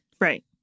Right